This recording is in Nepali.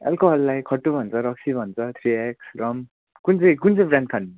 एल्कोहललाई खट्टु भन्छ रक्सी भन्छ थ्री एक्स रम कुन चाहिँ कुन चाहिँ ब्रान्ड खानुहुन्छ